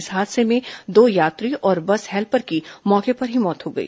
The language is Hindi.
इस हादसे में दो यात्री और बस हेल्पर की मौके पर ही मौत हो गई